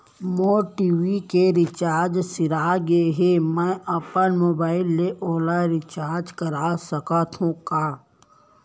मोर TV के recharge सिरा गे हे, मैं अपन मोबाइल ले ओला रिचार्ज करा सकथव का?